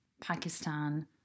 Pakistan